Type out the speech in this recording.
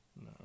No